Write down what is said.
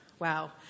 Wow